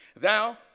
Thou